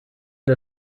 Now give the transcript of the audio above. der